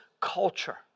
culture